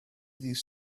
ddydd